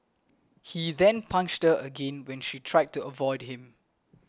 he then punched her again when she tried to avoid him